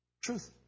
truth